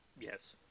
yes